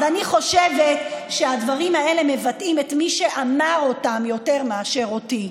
אז אני חושבת שהדברים האלה מבטאים את מי שאמר אותם יותר מאשר אותי.